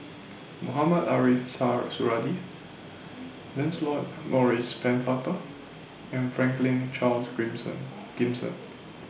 Mohamed Ariff Suradi Lancelot Maurice Pennefather and Franklin Charles Gimson